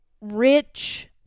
rich